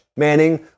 Manning